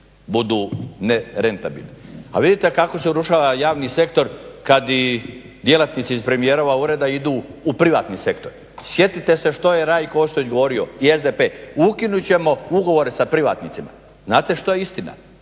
budu nerentabilni. A vidite kako se urušava javni sektor kad i djelatnici iz premijerova ureda idu u privatni sektor. Sjetite se što je Rajko Ostojić govorio i SDP, ukinut ćemo ugovore sa privatnicima. Znate što je istina,